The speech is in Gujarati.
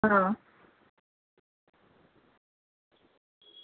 હં